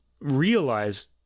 realize